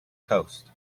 coast